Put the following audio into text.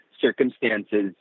circumstances